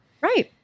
right